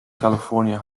california